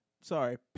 Sorry